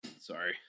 Sorry